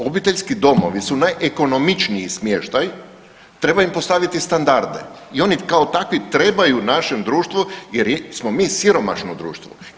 Obiteljski domovi su najekonomičniji smještaj, treba im postaviti standarde i oni kao takvi trebaju našem društvu, jer smo mi siromašno društvo.